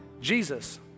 Jesus